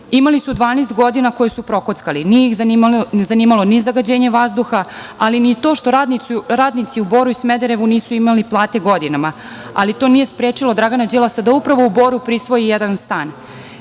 Imali su 12 godina koje su prokockali. Nije ih zanimalo ni zagađenje vazduha, ali ni to što radnici u Boru i Smederevu nisu imali plate godinama. Ali to nije sprečilo Dragana Đilasa da upravo u Boru prisvoji jedan stan.